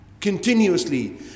continuously